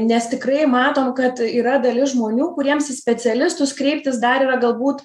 nes tikrai matom kad yra dalis žmonių kuriems į specialistus kreiptis dar yra galbūt